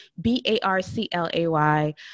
B-A-R-C-L-A-Y